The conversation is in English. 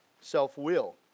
self-will